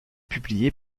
publié